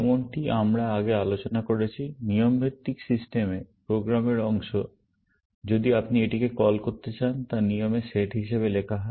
যেমনটি আমরা আগে আলোচনা করেছি নিয়ম ভিত্তিক সিস্টেমে প্রোগ্রামের অংশ যদি আপনি এটিকে কল করতে চান তা নিয়মের সেট হিসাবে লেখা হয়